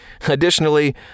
Additionally